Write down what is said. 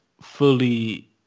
fully